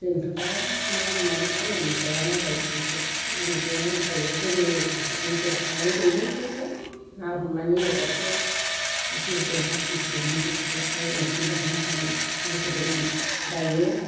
जोंथ' दा ना हमनानै फाननानै जाया नालाय बेफोर बेनिखायनो दायो जेबो बेफोरखौ मिथिला आं उन्दैनिफ्रायथ' ना हमनानै न'खरखौ पसिसजोन साब्बिसजोन मानसिफोरखौ आं ओंखाम जाहोनो हानाय गोहो दंमोन दायो